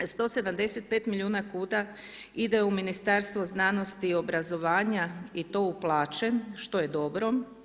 175 milijuna kuna ide u Ministarstvo znanost i obrazovanja i to u plaće, što je dobro.